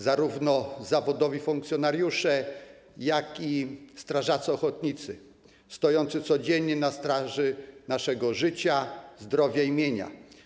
Zarówno zawodowi funkcjonariusze, jak i strażacy ochotnicy stoją codziennie na straży naszego życia, zdrowia i mienia.